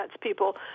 people